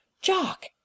jock